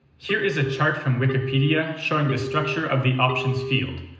here is a chart from wikipedia showing the structure of the options field,